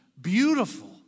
beautiful